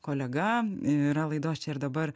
kolega yra laidos čia ir dabar